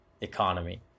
economy